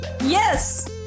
Yes